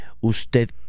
usted